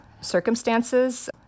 circumstances